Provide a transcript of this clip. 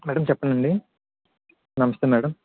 madam చెప్పండండి నమస్తే madam